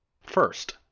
First